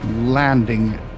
landing